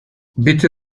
bitte